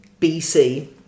BC